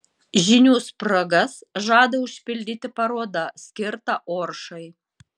žinių spragas žada užpildyti paroda skirta oršai